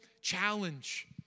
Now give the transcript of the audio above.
challenge